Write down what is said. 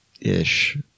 ish